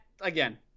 again